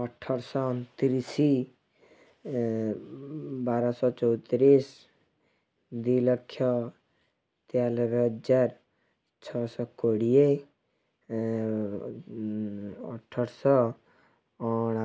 ଅଠରଶହ ଅଣତିରିଶ ଏଁ ବାରଶହ ଚଉତିରିଶ ଦୁଇଲକ୍ଷ ତେୟାନବେହଜାର ଛଅଶହକୋଡ଼ିଏ ଏଁ ଅଠରଶହ ଅଣାନବେ